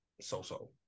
so-so